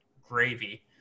gravy